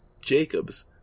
Jacobs